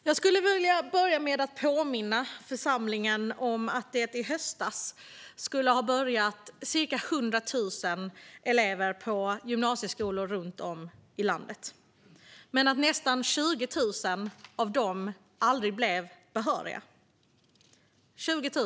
Jag skulle vilja börja med att påminna församlingen om att det i höstas skulle ha börjat ca 100 000 elever på gymnasieskolor runt om i landet men att nästan 20 000 av dem aldrig blev behöriga.